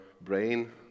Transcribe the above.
brain